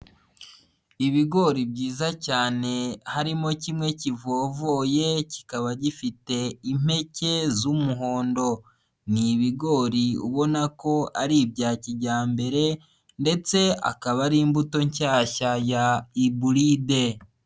Ibigori byiza cyane harimo kimwe kivovoye kikaba gifite impeke z'umuhondo. Ni ibigori ubona ko ari ibya kijyambere ndetse akaba ari imbuto nshyashya ya ibulide.